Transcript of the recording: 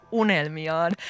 unelmiaan